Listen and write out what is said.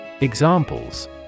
Examples